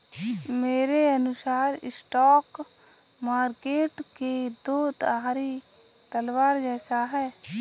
मेरे अनुसार stock market दो धारी तलवार जैसा है